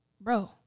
bro